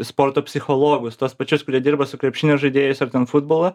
sporto psichologus tuos pačius kurie dirba su krepšinio žaidėjais ir ten futbolą